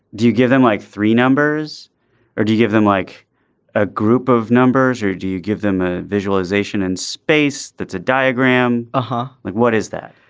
do you give them like three numbers or do you give them like a group of numbers or do you give them a visualization in and space. that's a diagram. aha like what is that.